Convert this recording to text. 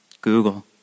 Google